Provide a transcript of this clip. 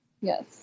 Yes